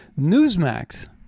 Newsmax